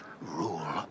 rule